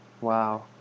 Wow